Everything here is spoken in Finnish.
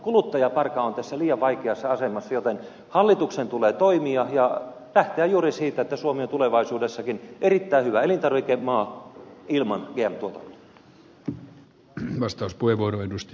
kuluttajaparka on tässä liian vaikeassa asemassa joten hallituksen tulee toimia ja lähteä juuri siitä että suomi on tulevaisuudessakin erittäin hyvä elintarvikemaa ilman gm tuotantoa